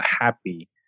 happy